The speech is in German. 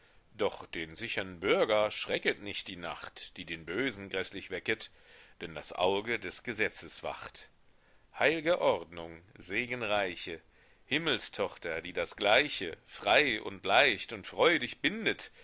doch den sichern bürger schrecket nicht die nacht die den bösen gräßlich wecket denn das auge des gesetzes wacht heilge ordnung segenreiche himmelstochter die das gleiche frei und leicht und freudig bindet